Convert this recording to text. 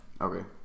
Okay